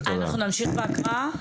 אנחנו נמשיך בהקראה.